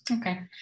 Okay